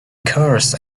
course